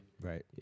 right